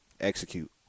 execute